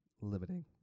limiting